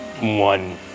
one